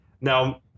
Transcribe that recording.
Now